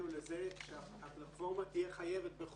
תאגידים או מוסדות אחרים שהוקמו בישראל בחיקוק,